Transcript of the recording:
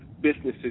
businesses